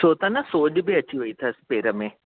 छो त न सोॼ बि अची वई अथसि पेर में